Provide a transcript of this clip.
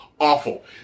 awful